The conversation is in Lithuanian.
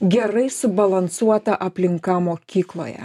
gerai subalansuota aplinka mokykloje